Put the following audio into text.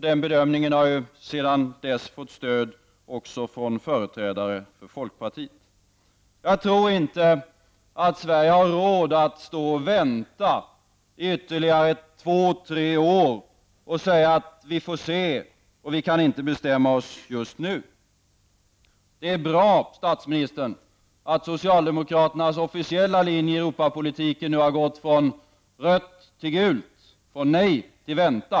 Den bedömningen har sedan dess fått stöd också från företrädare för folkpartiet. Jag tror inte att Sverige har råd att stå och vänta i ytterligare två tre år och säga ''vi får se, vi kan inte bestämma oss nu''. Det är bra, statsministern, att socialdemokraternas officiella linje i Europapolitiken nu har gått från rött till gult, från nej till vänta.